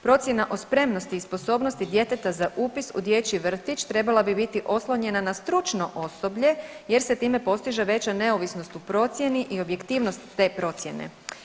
Procjena o spremnosti i sposobnosti djeteta za upis u dječji vrtić trebala bi biti oslonjena na stručno osoblje jer se time postiže veća neovisnost u procjeni i objektivnost te procjene.